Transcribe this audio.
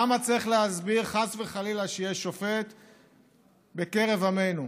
למה צריך להסביר, חס וחלילה, שיש שופט בקרב עמנו?